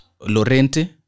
Lorente